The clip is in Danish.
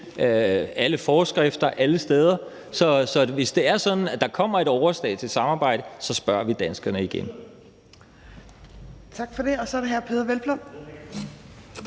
alle forskrifter og alle steder. Så hvis det er sådan, at der kommer et overstatsligt samarbejde, så spørger vi danskerne igen. Kl. 15:07 Tredje næstformand (Trine